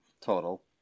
total